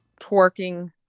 twerking